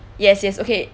yes yes okay